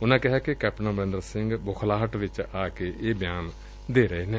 ਉਨੂਾ ਕਿਹਾ ਕਿ ਕੈਪਟਨ ਅਮਰਿੰਦਰ ਸਿੰਘ ਬੁਖਲਾਹਟ ਵਿਚ ਆ ਕੇ ਇਹ ਬਿਆਨ ਦੇ ਰਹੇ ਨੇ